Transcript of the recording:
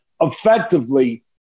effectively